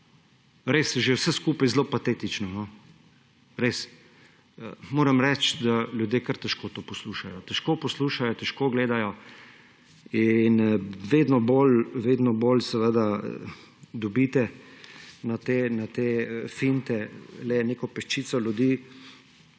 Res je že vse skupaj zelo patetično. Moram reči, da ljudje kar težko to poslušajo, težko poslušajo, težko gledajo in vedno bolj dobite na te finte le neko peščico ljudi.